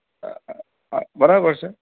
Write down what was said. હા હા હા બરાબર છે